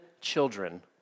children